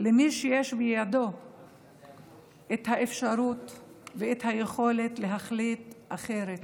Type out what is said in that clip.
למי שיש בידו את האפשרות ואת היכולת להחליט אחרת: